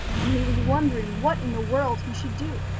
and he was wondering what in the world he should do,